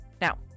Now